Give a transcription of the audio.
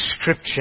Scripture